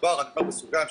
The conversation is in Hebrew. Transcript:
אני אומר בסוגריים,